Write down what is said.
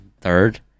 third